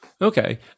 Okay